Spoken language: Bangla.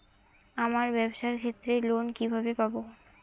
আমার ব্যবসার ক্ষেত্রে লোন কিভাবে পাব?